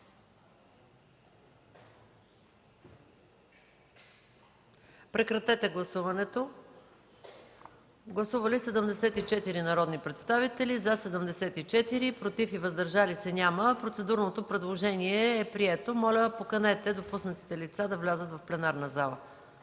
на госпожа Джафер. Гласували 74 народни представители: за 74, против и въздържали се няма. Процедурното предложение е прието. Моля, поканете допуснатите лица да влязат в пленарната зала.